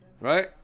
Right